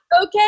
okay